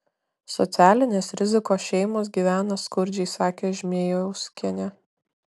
socialinės rizikos šeimos gyvena skurdžiai sakė žmėjauskienė